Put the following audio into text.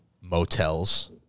motels